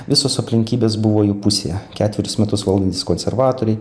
visos aplinkybės buvo jų pusėje ketverius metus valdantys konservatoriai